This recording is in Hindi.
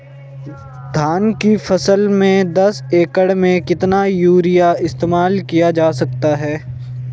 धान की फसल में दस एकड़ में कितना यूरिया इस्तेमाल किया जा सकता है?